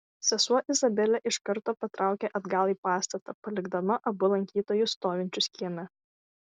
sesuo izabelė iš karto patraukė atgal į pastatą palikdama abu lankytojus stovinčius kieme